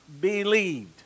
believed